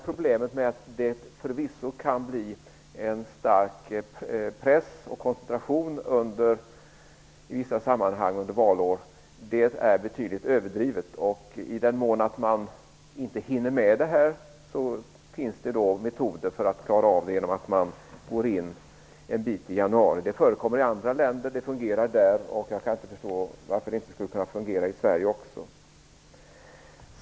Problemet med att det förvisso kan bli en stark press och koncentration vid valår är betydligt överdrivet. I den mån man inte hinner med budgeten kan man gå in en bit i januari. Den metoden förekommer i andra länder. Det fungerar där. Jag kan inte förstå varför det inte skulle kunna fungera även i Sverige.